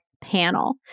panel